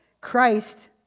Christ